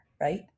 right